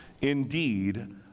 Indeed